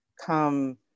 come